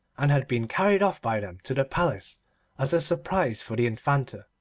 and had been carried off by them to the palace as a surprise for the infanta